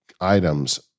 items